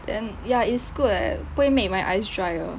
then ya it's good eh 不会 make my eyes dry 的